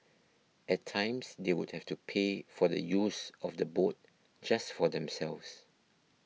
at times they would have to pay for the use of the boat just for themselves